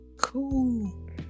Cool